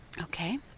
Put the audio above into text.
Okay